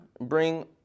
bring